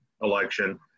election